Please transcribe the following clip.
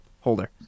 holder